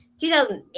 2008